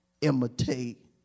imitate